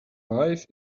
life